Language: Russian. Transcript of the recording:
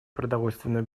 продовольственную